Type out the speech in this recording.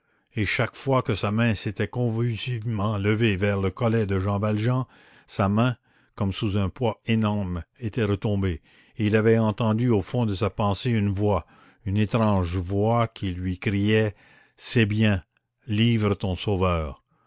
et chaque fois que sa main s'était convulsivement levée vers le collet de jean valjean sa main comme sous un poids énorme était retombée et il avait entendu au fond de sa pensée une voix une étrange voix qui lui criait c'est bien livre ton sauveur